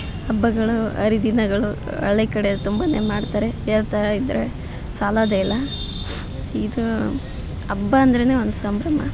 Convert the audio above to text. ಹಬ್ಬಗಳು ಹರಿದಿನಗಳು ಹಳ್ಳಿ ಕಡೆ ತುಂಬಾ ಮಾಡ್ತಾರೆ ಹೇಳ್ತಾಯಿದ್ರೆ ಸಾಲೋದೇ ಇಲ್ಲ ಇದು ಹಬ್ಬ ಅಂದರೇನೆ ಒಂದು ಸಂಭ್ರಮ